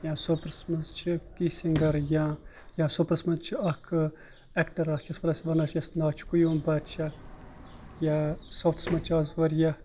یا سوپورس منٛز چھِ تِتھ سنگر یا سوپورس منٛز چھِ اکھ اٮ۪کٹر اکھ یس أسۍ وَنان چھِ یس ناوچھُ قیوم بادشاہ یا سَوتھس منٛز چھِ آز واریاہ